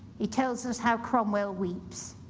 he tells us how cromwell weeps.